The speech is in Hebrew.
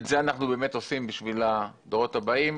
את זה אנחנו באמת עושים בשביל הדורות הבאים.